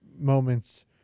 moments